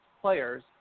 players